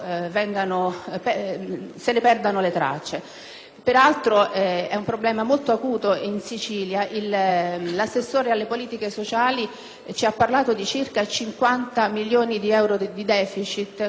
Peraltro, è un problema molto acuto in Sicilia: l'assessore alle politiche sociali ci ha parlato di circa 50 milioni di euro di deficit causati appunto da questa forte spesa. Ci vorrebbe